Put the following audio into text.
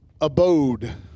abode